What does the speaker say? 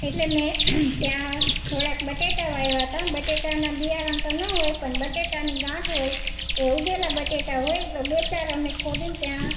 એટલે મેં ત્યાં થોડાંક બટાકા વાવ્યાં હતાં બટાકાનાં બિયારણ તો ન હોય પણ બટાકાની ગાંઠ હોય એ ઉગેલાં બટાકા હોય તો બે ચાર અમે ખોદી ને ત્યાં